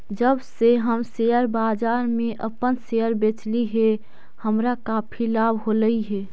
जब से हम शेयर बाजार में अपन शेयर बेचली हे हमारा काफी लाभ होलई हे